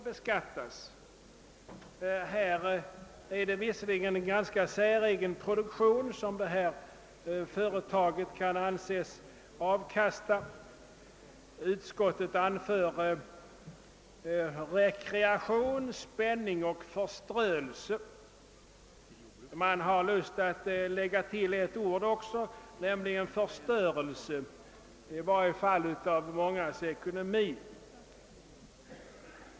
I det här fallet rör det sig visserligen om en ganska säregen produktion som företaget presterar. Utskottet anför »rekreation, spänning och förströelse». Man har lust att lägga till ytterligare ett ord, nämligen förstörelse — i varje fall av mångas ekonomi.